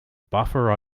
buffer